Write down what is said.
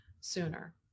sooner